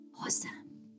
Awesome